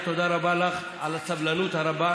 תודה רבה לך על הסבלנות הרבה.